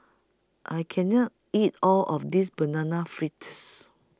I Can not eat All of This Banana Fritters